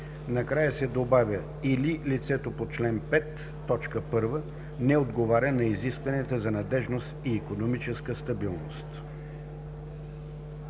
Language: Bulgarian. накрая се добавя „или лицето по чл. 5, т. 1 не отговаря на изискванията за надеждност и икономическа стабилност“.“